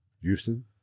Houston